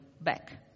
back